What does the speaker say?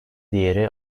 diğeri